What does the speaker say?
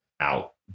out